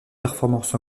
performance